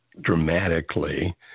dramatically